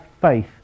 faith